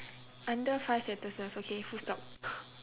under five sentences okay full stop